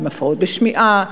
עם הפרעות בשמיעה?